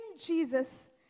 Jesus